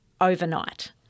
Overnight